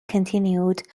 continued